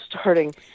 starting